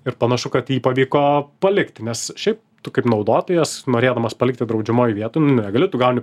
ir panašu kad jį pavyko palikti nes šiaip tu kaip naudotojas norėdamas palikti draudžiamoj vietoj negali tu gauni